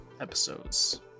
episodes